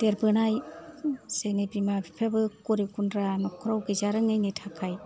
देरबोनाय जोंनि बिमा फिफायाबो गरिब गुन्द्रा न'खराव गैजारोङैनि थाखाय